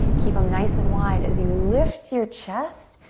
keep em nice and wide. as you lift your chest,